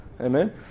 Amen